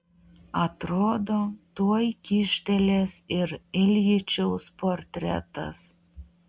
atrodo tuoj kyštelės ir iljičiaus portretas